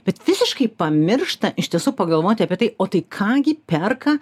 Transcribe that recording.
bet visiškai pamiršta iš tiesų pagalvoti apie tai o tai ką gi perka